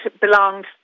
belonged